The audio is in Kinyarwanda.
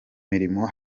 mirimo